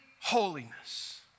holiness